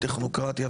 "וכנו-קרטיה",